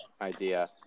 idea